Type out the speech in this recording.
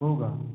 हो का